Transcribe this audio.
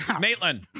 Maitland